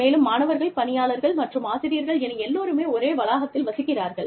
மேலும் மாணவர்கள் பணியாளர்கள் மற்றும் ஆசிரியர்கள் என எல்லோருமே ஒரே வளாகத்தில் வசிக்கிறார்கள்